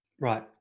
Right